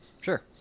Sure